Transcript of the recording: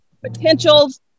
potentials